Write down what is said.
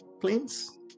planes